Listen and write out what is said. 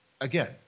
Again